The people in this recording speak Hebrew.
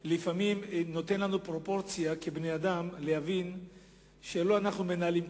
לפעמים נותנות לנו פרופורציה כבני-אדם להבין שלא אנחנו מנהלים,